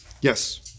Yes